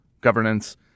governance